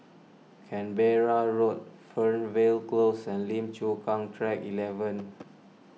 Canberra Road Fernvale Close and Lim Chu Kang Track eleven